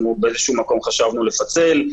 אנחנו באיזשהו מקום חשבנו לפצל.